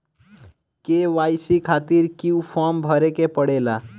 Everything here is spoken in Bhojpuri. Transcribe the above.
के.वाइ.सी खातिर क्यूं फर्म भरे के पड़ेला?